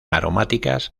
aromáticas